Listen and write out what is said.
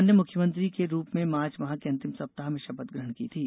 श्री चौहान ने मुख्यमंत्री के रूप में मार्च माह के अंतिम सप्ताह में शपथ ग्रहण की थी